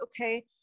okay